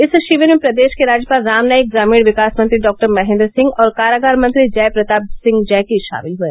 इस शिविर में प्रदेश के राज्यपाल राम नाईक ग्रामीण विकास मंत्री डॉक्टर महेन्द्र सिंह और कारागार मंत्री जय प्रताप सिंह जैकी ामिल हुए